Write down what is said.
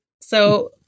So-